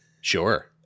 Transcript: Sure